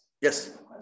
Yes